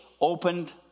opened